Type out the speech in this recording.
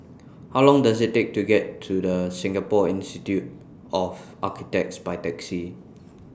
How Long Does IT Take to get to The Singapore Institute of Architects By Taxi